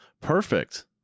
perfect